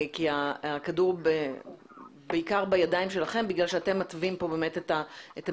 כי הכדור בעיקר בידיים שלכם מכיוון שאתם מתווים את המדיניות